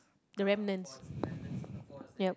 the remnants yup